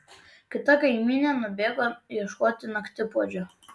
kita kaimynė nubėgo ieškoti naktipuodžio